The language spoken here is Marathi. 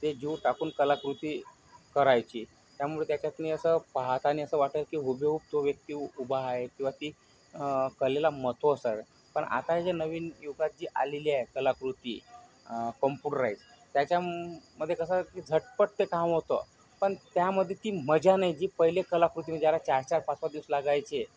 ते जीव टाकून कलाकृती करायची त्यामुळं त्यांच्यातून असं पाहताना असं वाटणार की हुबेहूब तो व्यक्ती उभा आहे किंवा ती कलेला महत्त्व असं आहे पण आता हे जे नवीन युगात जी आलेली आहे कलाकृती कम्प्युटराईझ त्याच्यामध्ये कसं की झटपट ते काम होतं पण त्यामध्ये ती मजा नाही जी पहिले कलाकृतीमध्ये ज्याला चार चार पाच पाच दिवस लागायचे